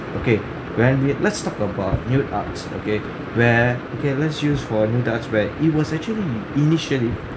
okay when we let's talk about nude arts okay where okay let's use for nude arts where it was actually initially